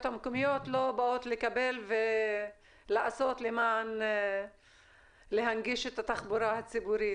המקומיות לא באות לקבל כדי להנגיש את התחבורה הציבורית.